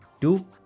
two